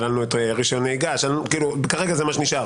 שללנו את רישיון נהיגה, כרגע זה מה שנשאר.